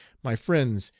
my friends,